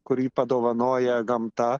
kurį padovanoja gamta